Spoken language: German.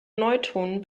neutronen